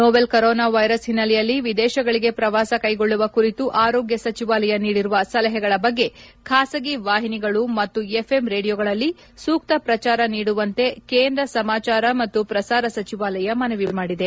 novel corona virus ಹಿನ್ನೆಲೆಯಲ್ಲಿ ವಿದೇಶಗಳಿಗೆ ಪ್ರವಾಸ ಕೈಗೊಳ್ಳುವ ಕುರಿತು ಆರೋಗ್ಯ ಸಚವಾಲಯ ನೀಡಿರುವ ಸಲಹೆಗಳ ಬಗ್ಗೆ ಖಾಸಗಿ ವಾಹಿನಿಗಳು ಮತ್ತು ಎಫ್ಎಂ ರೇಡಿಯೋಗಳಲ್ಲಿ ಸೂಕ್ತ ಪ್ರಚಾರ ನೀಡುವಂತೆ ಕೇಂದ್ರ ಸಮಾಚಾರ ಮತ್ತು ಪ್ರಸಾರ ಸಚಿವಾಲಯ ಮನವಿ ಮಾಡಿದೆ